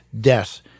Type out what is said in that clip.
deaths